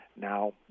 now